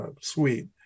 suite